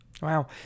wow